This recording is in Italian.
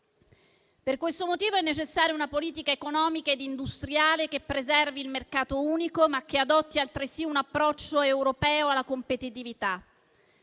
Per questo motivo è necessaria una politica economica e industriale che preservi il mercato unico, ma che adotti altresì un approccio europeo alla competitività.